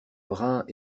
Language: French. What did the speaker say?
bruns